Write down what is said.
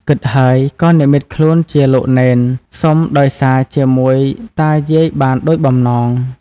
គិតហើយ ក៏និម្មិតខ្លួនជាលោកនេន សុំដោយសារជាមួយតាយាយបានដូចបំណង ។